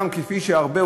כפי שהרבה,